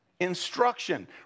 Instruction